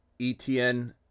Etn